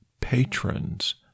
patrons